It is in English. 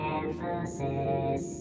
emphasis